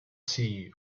sea